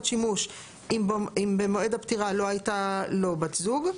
שימוש אם במועד הפטירה לא הייתה לו בת זוג.